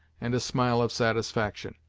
and a smile of satisfaction.